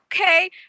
okay